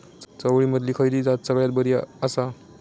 चवळीमधली खयली जात सगळ्यात बरी आसा?